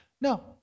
No